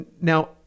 now